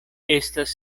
estas